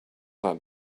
that